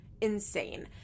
insane